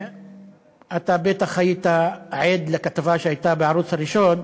אתה בטח היית עד לכתבה שהייתה בערוץ הראשון.